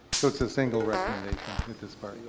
so it's a single recommendation at this part?